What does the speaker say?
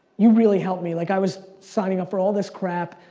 you really helped me, like i was signing up for all this crap,